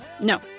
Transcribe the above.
No